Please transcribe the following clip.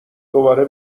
دوباره